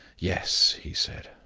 yes, he said.